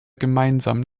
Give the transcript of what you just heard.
gemeinsamen